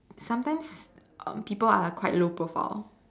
sometimes people are quite low profile